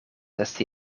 esti